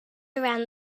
around